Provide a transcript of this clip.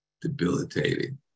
debilitating